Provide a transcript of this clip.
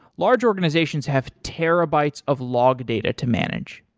large organizations have terabytes of log data to manage.